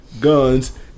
Guns